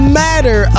matter